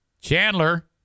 Chandler